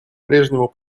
прежнему